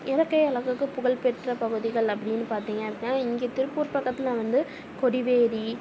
எனக்கு எனக்கு புகழ் பெற்ற பகுதிகள் அப்படின்னு பார்த்தீங்க அப்படின்னா இங்கே திருப்பூர் பக்கத்தில் வந்து கொடிவேரி